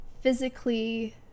physically